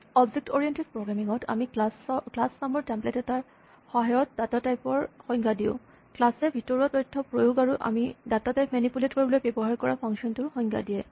object oriented programming ত আমি class নামৰ টেমপ্লেট এটা সহায়ত ডাটা টাইপ ৰ সংজ্ঞা দিওঁ ক্লাচ এ ভিতৰুৱা তথ্য প্ৰয়োগ আৰু আমি ডাটা মেনিপুলেট কৰিবলৈ ব্যৱহাৰ কৰা ফাংচন টোৰ সংজ্ঞা দিয়ে